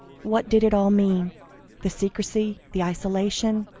what did it all mean the secrecy, the isolation,